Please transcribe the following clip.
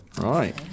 right